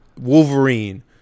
Wolverine